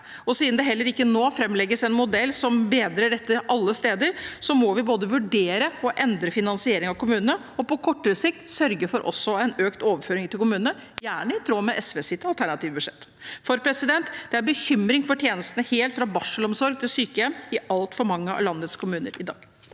og siden det heller ikke nå framlegges en modell som bedrer dette alle steder, må vi både vurdere å endre finansieringen av kommunene og på kortere sikt også sørge for en økt overføring til kommunene, gjerne i tråd med SVs alternative budsjett. For det er bekymring for tjenestene helt fra barselomsorg til sykehjem i altfor mange av landets kommuner i dag.